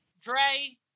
Dre